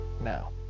now